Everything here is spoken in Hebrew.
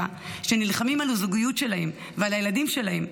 שנלחמים על הזוגיות שלהם ועל הילדים שלהם,